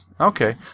Okay